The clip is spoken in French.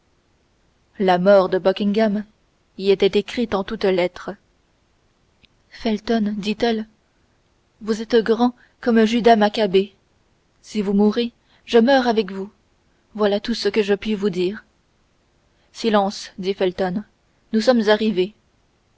la mort de buckingham y était écrite en toutes lettres felton dit-elle vous êtes grand comme judas macchabée si vous mourez je meurs avec vous voilà tout ce que je puis vous dire silence dit felton nous sommes arrivés